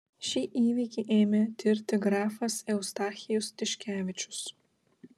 šį įvykį ėmėsi tirti grafas eustachijus tiškevičius